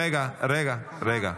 רגע, רגע.